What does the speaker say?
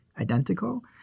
identical